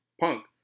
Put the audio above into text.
Punk